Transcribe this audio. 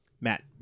Matt